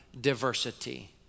diversity